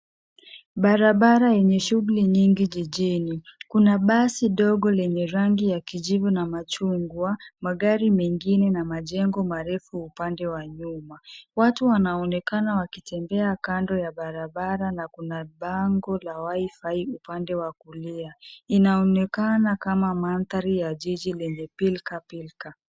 Barabara yenye shughuli nyingi jijini. Kuna basi dogo lenye rangi ya kijivu na machungwa, magari mengine na majengo marefu upande wa nyuma. Watu wanaonekana wakitembea kando ya barabara na kuna bango la WiFi upande wa kulia. Inaonekana kama mandhari ya jiji lenye pilkapilka.